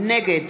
נגד